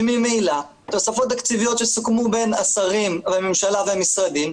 וממילא תוספות תקציביות שסוכמו בין השרים והממשלה והמשרדים,